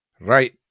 Right